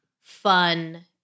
fun